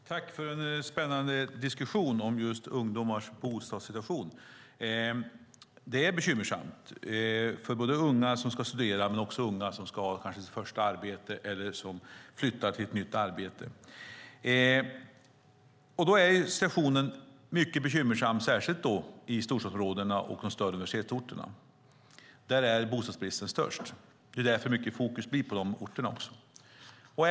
Herr talman! Tack för en spännande diskussion om ungdomars bostadssituation! Den är bekymmersam för unga som ska studera men också för unga som kanske ska ha sitt första arbete eller som flyttar till ett nytt arbete. Situationen är mycket bekymmersam, särskilt i storstadsområdena och de större universitetsorterna. Där är bostadsbristen störst. Det är därför som det blir mycket fokus på dessa orter.